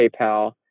paypal